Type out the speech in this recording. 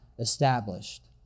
established